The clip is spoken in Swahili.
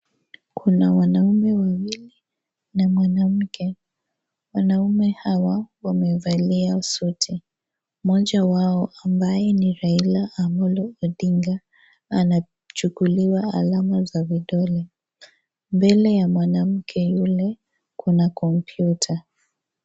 Kuna wanaume wawili na mwanamke. Wanaume hawa wamevalia suti. Mmoja wao ambaye ni Raila Amolo Odinga anachukuliwa alama za vidole. Mbele ya mwanamke yule, kuna kompyuta.